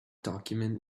document